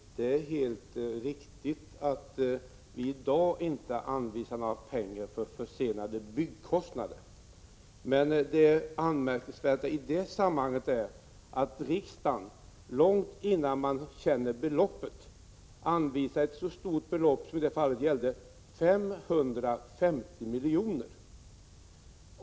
Herr talman! Det är helt riktigt att vi i i dag inte anvisar några pengar för försenade byggkostnader. Men det anmärkningsvärda i det sammanhanget är att riksdagen långt innan man kände beloppet anvisade ett så stort belopp som 550 miljoner.